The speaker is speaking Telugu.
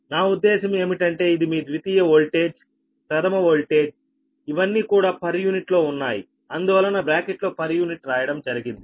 నా ఉద్దేశం ఏమిటి అంటే ఇది మీ ద్వితీయ ఓల్టేజ్ ప్రధమ ఓల్టేజ్ ఇవన్నీ కూడా పర్ యూనిట్ లో ఉన్నాయి అందువలన బ్రాకెట్లో పర్ యూనిట్ రాయడం జరిగింది